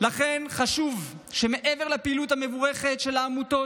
לכן חשוב שמעבר לפעילות המבורכת של העמותות,